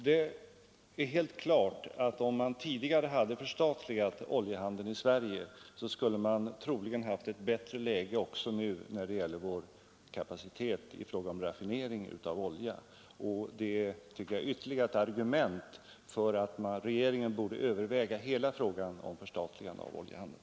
Det är helt klart, att om vi tidigare hade förstatligat oljehandeln i Sverige, så hade vi troligen nu också haft ett bättre läge när det gäller vår kapacitet att raffinera olja, och det tycker jag är ytterligare ett argument för att regeringen borde överväga hela frågan om förstatligande av oljehandeln.